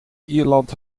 ierland